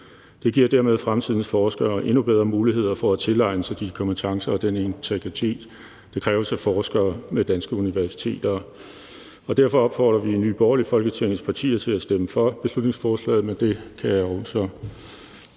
Det giver dermed fremtidens forskere endnu bedre muligheder for at tilegne sig de kompetencer og den integritet, der kræves af forskere ved danske universiteter. Derfor opfordrer vi i Nye Borgerlige Folketingets partier til at stemme for beslutningsforslaget, men det kan jeg jo så